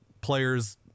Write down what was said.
players